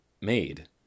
made